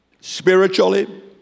spiritually